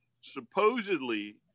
Supposedly